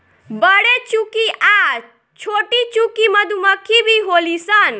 बरेचुकी आ छोटीचुकी मधुमक्खी भी होली सन